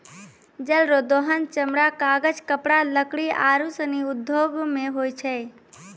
जल रो दोहन चमड़ा, कागज, कपड़ा, लकड़ी आरु सनी उद्यौग मे होय छै